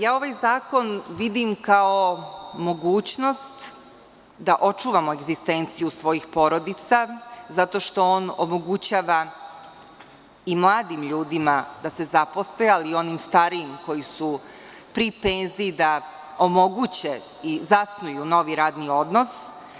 Ja ovaj zakon vidim kao mogućnost da očuvamo egzistenciju svojih porodica zato što on omogućava i mladim ljudima da se zaposle ali i onim starijim koji su pri penziji da omoguće i zasnuju novi radni odnos.